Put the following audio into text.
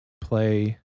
play